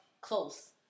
Close